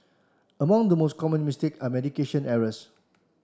among the most common mistake are medication errors